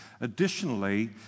Additionally